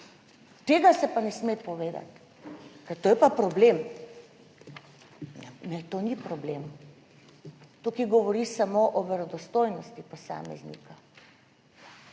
tega se pa ne sme povedati, ker to je pa problem. Ne, to ni problem, tukaj govori samo o verodostojnosti posameznika.